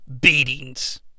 beatings